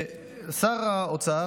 שר האוצר,